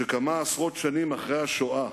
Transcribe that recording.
שכמה עשרות שנים אחרי השואה,